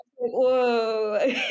whoa